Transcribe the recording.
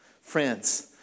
Friends